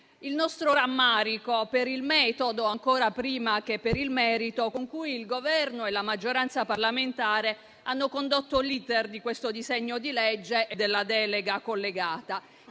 il nostro rammarico per il metodo, ancora prima che per il merito, con cui il Governo e la maggioranza parlamentare hanno condotto l'*iter* di questo disegno di legge e della delega collegata